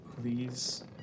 Please